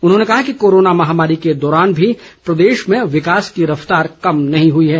उन्होंने कहा कि कोरोना महामारी के दौरान भी प्रदेश में विकास की रफ्तार कम नहीं हुई है